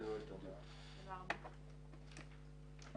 הישיבה ננעלה בשעה 10:16.